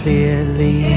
Clearly